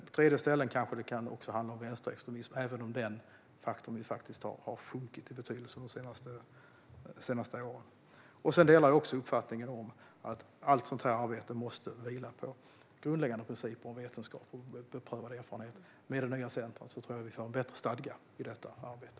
På ett annat ställe kanske det handlar om vänsterextremism, även om den faktorn har sjunkit i betydelse de senaste åren. Jag delar också uppfattningen att allt sådant här arbete måste vila på grundläggande principer om vetenskap och beprövad erfarenhet. Med det nya centrumet tror jag att vi får en bättre stadga i detta arbete.